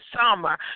summer